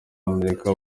amerika